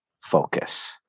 focus